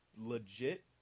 legit